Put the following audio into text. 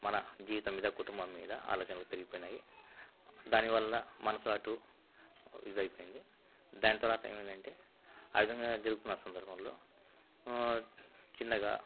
మన జీవితం మీద కుటుంబం మీద ఆలోచనలు పెరిగిపోయినాయి దానివల్ల మనసు అటు ఇదయిపోయింది దాని తర్వాత ఏమైందంటే ఆవిధంగా జరుగుతున్నా సందర్భంలో చిన్నగా